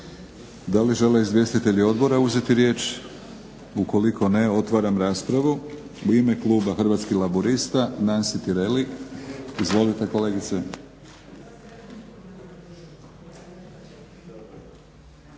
Da li žele izvjestitelji odbora uzeti riječ? Ukoliko ne otvaram raspravu. U ime kluba Hrvatskih laburista Nansi Tireli. Izvolite kolegice.